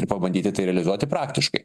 ir pabandyti realizuoti praktiškai